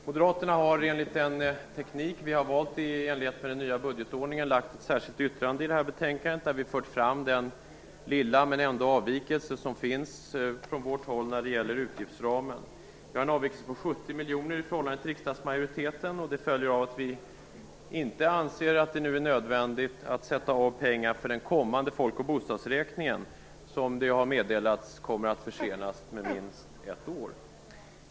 Moderaterna har enligt den teknik vi har valt i den nya budgetordningen avgivit ett särskilt yttrande vid detta betänkande. Vi för där fram den lilla men ändå avvikelse som finns från vårt håll när det gäller utgiftsramen. Vi har en avvikelse på 70 miljoner i förhållande till riksdagsmajoriteten. Det följer av att vi inte anser att det nu är nödvändigt att sätta av pengar för den kommande folk och bostadsräkningen, eftersom det har meddelats att den kommer att försenas med minst ett år.